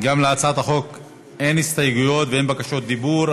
גם להצעת החוק אין הסתייגויות ואין בקשות דיבור.